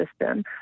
system